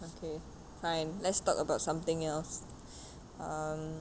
okay fine let's talk about something else um